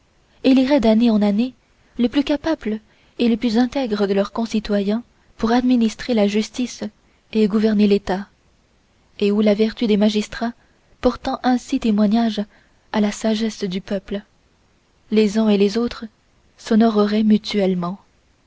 les divers départements éliraient d'année en année les plus capables et les plus intègres de leurs concitoyens pour administrer la justice et gouverner l'état et où la vertu des magistrats portant ainsi témoignage de la sagesse du peuple les uns et les autres s'honoreraient mutuellement